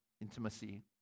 intimacy